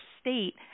state